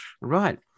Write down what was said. Right